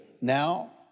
Now